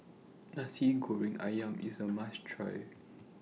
Nasi Goreng Ayam IS A must Try